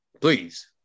please